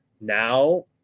now